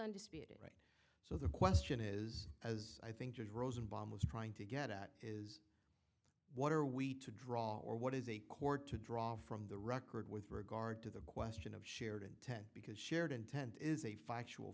undisputed so the question is as i think is rosen bomb was trying to get at is what are we to draw or what is a court to draw from the record with regard to the question of shared intent because shared intent is a factual